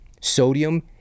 sodium